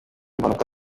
impanuka